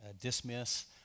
dismiss